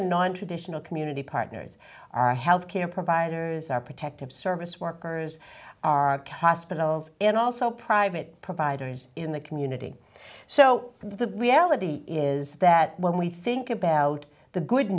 and nontraditional community partners our health care providers our protective service workers our hospitals and also private providers in the community so the reality is that when we think about the good